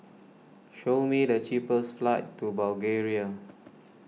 show me the cheapest flights to Bulgaria